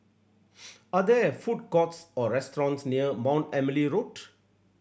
are there food courts or restaurants near Mount Emily Road